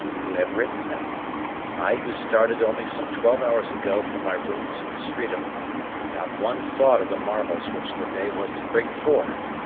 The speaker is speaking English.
who have written them i who started only some twelve hours ago from my rooms in streatham without one thought of the marvels which the day was to bring forth!